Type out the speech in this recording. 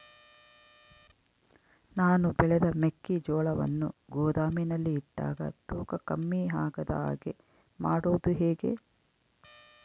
ನಾನು ಬೆಳೆದ ಮೆಕ್ಕಿಜೋಳವನ್ನು ಗೋದಾಮಿನಲ್ಲಿ ಇಟ್ಟಾಗ ತೂಕ ಕಮ್ಮಿ ಆಗದ ಹಾಗೆ ಮಾಡೋದು ಹೇಗೆ?